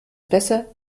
besser